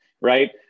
right